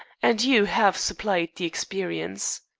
and you have supplied the experience.